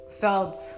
felt